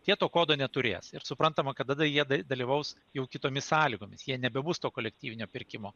tie to kodo neturės ir suprantama kad tada jie da dalyvaus jau kitomis sąlygomis jie nebebus to kolektyvinio pirkimo